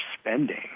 spending